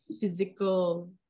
physical